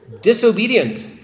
disobedient